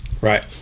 Right